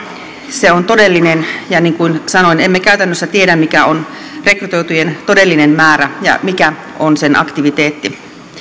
se on todellinen ja niin kuin sanoin emme käytännössä tiedä mikä on rekrytoitujen todellinen määrä ja mikä on niiden aktiviteetti